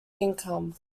income